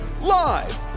live